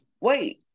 Wait